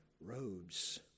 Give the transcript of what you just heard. robes